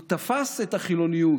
הוא תפס את החילוניות,